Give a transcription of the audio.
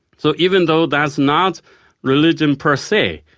so even though that's not religion per se,